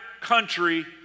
country